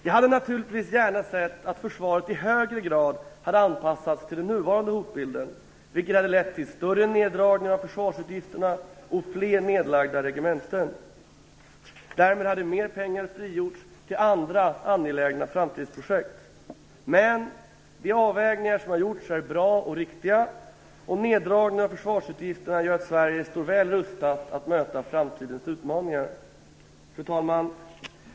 Jag hade naturligtvis gärna sett att försvaret i högre grad hade anpassats till den nuvarande hotbilden, vilket hade lett till en större neddragning av försvarsutgifterna och fler nedlagda regementen. Därmed hade mer pengar frigjorts till andra angelägna framtidsprojekt. Men de avvägningar som har gjorts är bra och riktiga, och neddragningen av försvarsutgifterna gör att Sverige står väl rustat att möta framtidens utmaningar. Fru talman!